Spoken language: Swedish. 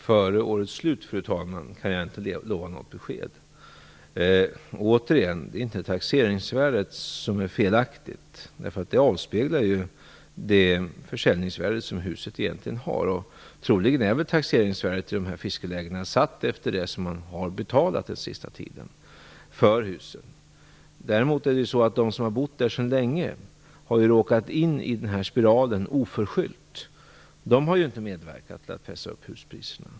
Fru talman! Jag kan inte lova något besked före årets slut. Återigen: Det är inte fråga om felaktiga taxeringsvärden. Taxeringsvärdet återspeglar ju det försäljningsvärde som huset egentligen har. Troligen är taxeringsvärdena i de här fiskelägena satta efter det som man under den sista tiden har betalat för husen. Däremot har de som bott där sedan länge oförskyllt råkat in i den här spiralen. De har inte medverkat till att pressa upp huspriserna.